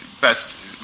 best